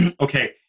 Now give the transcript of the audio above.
okay